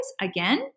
Again